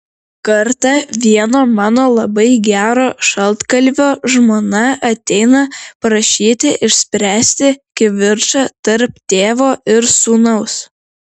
kartą vieno mano labai gero šaltkalvio žmona ateina prašyti išspręsti kivirčą tarp tėvo ir sūnaus